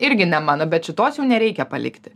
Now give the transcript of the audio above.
irgi ne mano bet šitos jau nereikia palikti